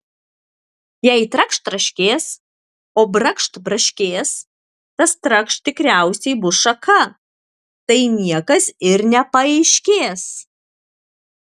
jei trakšt traškės o brakšt braškės tas trakšt tikriausiai bus šaka tai niekas ir nepaaiškės